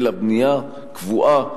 אלא בנייה קבועה,